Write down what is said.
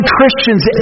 Christians